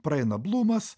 praeina blumas